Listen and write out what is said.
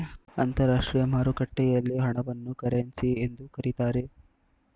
ಅಂತರಾಷ್ಟ್ರೀಯ ಮಾರುಕಟ್ಟೆಯಲ್ಲಿ ಹಣವನ್ನು ಕರೆನ್ಸಿ ಎಂದು ಕರೀತಾರೆ